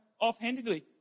offhandedly